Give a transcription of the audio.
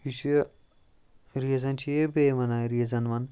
یُس یہِ ریٖزَن چھِ یہِ بیٚیہِ وَنان ریٖزَن وَن